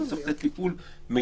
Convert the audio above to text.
אבל צריך לתת טיפול מיטבי.